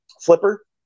flipper